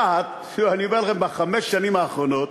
העיר רהט, אני אומר לכם, בחמש השנים האחרונות,